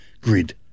grid